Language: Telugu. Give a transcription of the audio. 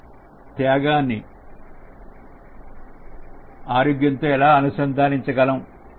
టి త్వాన్ని ఆరోగ్యంతో ఎలా అనుసంధానించ గలను